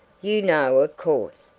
you know, of course,